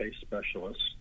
Specialists